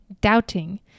doubting